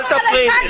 מה זה רלוונטי?